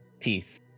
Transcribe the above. teeth